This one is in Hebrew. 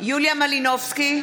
יוליה מלינובסקי,